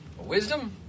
Wisdom